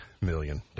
million